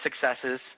successes